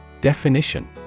Definition